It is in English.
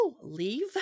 leave